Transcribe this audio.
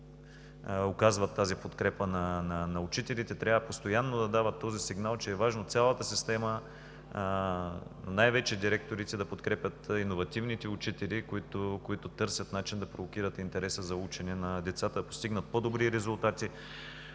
оказват подкрепа на учителите; трябва постоянно да дават сигнал, че е важно цялата система, най-вече директорите да подкрепят иновативните учители, които търсят начин да провокират интереса на децата за учене, да постигнат по-добри резултати.